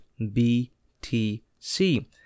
BTC